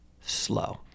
slow